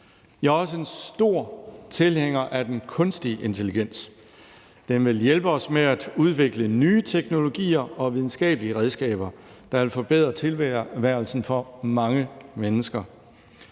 Jeg er også en stor tilhænger af den kunstige intelligens. Den vil hjælpe os med at udvikle nye teknologier og videnskabelige redskaber, der vil forbedre tilværelsen for mange mennesker.